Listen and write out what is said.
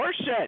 Horseshit